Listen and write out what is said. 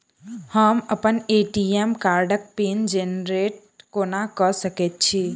हम अप्पन ए.टी.एम कार्डक पिन जेनरेट कोना कऽ सकैत छी?